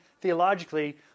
theologically